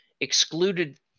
excluded